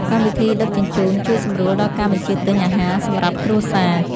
កម្មវិធីដឹកជញ្ជូន ជួយសម្រួលដល់ការបញ្ជាទិញអាហារសម្រាប់គ្រួសារ។